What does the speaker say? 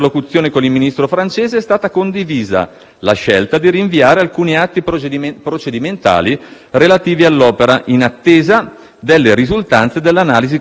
la scelta di rinviare alcuni atti procedimentali relativi all'opera, in attesa delle risultanze dell'analisi costi-benefici, a condizione che queste fossero